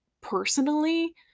personally